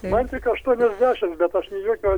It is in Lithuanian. man tik aštuoniasdešimts bet aš nei jokio